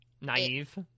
naive